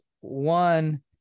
One